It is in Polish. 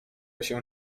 się